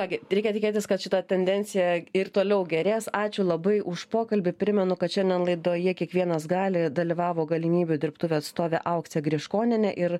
ką gi reikia tikėtis kad šita tendencija ir toliau gerės ačiū labai už pokalbį primenu kad šiandien laidoje kiekvienas gali dalyvavo galimybių dirbtuvių atstovė auksė griškonienė ir